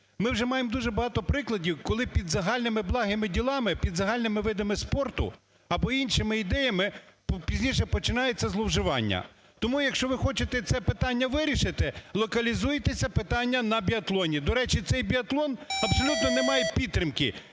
Ми вже маємо дуже багато прикладів, коли під загальними благими ділами, під загальними видами спорту або іншими ідеями пізніше починається зловживання. Тому, якщо ви хочете це питання вирішити, локалізуйте це питання на біатлоні. До речі, цей біатлон абсолютно не має підтримки,